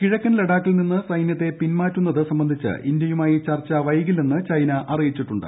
കിഴക്കൻ ലഡാക്കിൽ നിന്ന് സൈന്യത്തെ പിന്മാറ്റുന്നത് സംബന്ധിച്ച് ഇന്ത്യയുമായി ചർച്ച വൈകില്ലെന്ന് ചൈന അറിയിച്ചിട്ടുണ്ട്